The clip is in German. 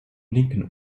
linken